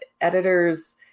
editors